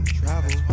travel